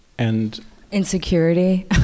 Insecurity